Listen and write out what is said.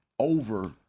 Over